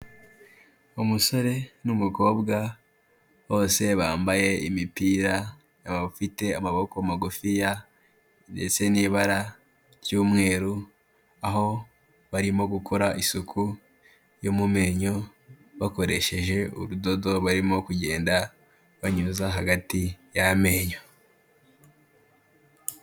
Umusore n'umukobwa bose bambaye imipira, bafite amaboko magufiya ndetse n'ibara ry'umweru, aho barimo gukora isuku yo mu menyo bakoresheje urudodo barimo kugenda banyuza hagati y'amenyo.